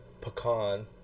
pecan